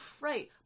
Right